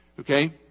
Okay